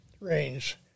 range